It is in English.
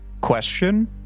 Question